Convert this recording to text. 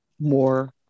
more